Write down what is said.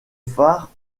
phare